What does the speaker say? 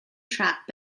trap